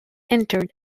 interred